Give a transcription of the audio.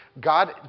God